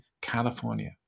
California